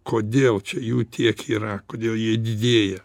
kodėl čia jų tiek yra kodėl jie didėja